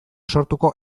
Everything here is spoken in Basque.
sortuko